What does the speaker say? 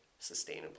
sustainably